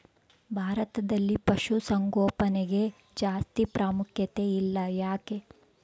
ಭಾರತದಲ್ಲಿ ಪಶುಸಾಂಗೋಪನೆಗೆ ಜಾಸ್ತಿ ಪ್ರಾಮುಖ್ಯತೆ ಇಲ್ಲ ಯಾಕೆ?